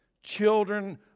Children